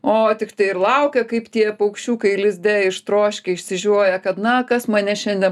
o tiktai ir laukia kaip tie paukščiukai lizde ištroškę išsižioję kad na kas mane šiandien